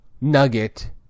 nugget